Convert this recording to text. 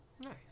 Nice